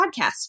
podcast